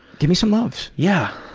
give me some loves. yeah.